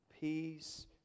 peace